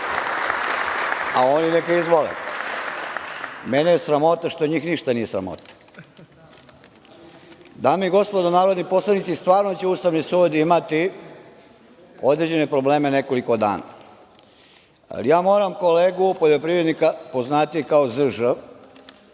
a oni neka izvole. Mene je sramota što njih ništa nije sramota. Dame i gospodo narodni poslanici, stvarno će Ustavni sud imati određene probleme nekoliko dana. Ali, moram kolegu poljoprivrednika, poznatijeg kao ZŽ,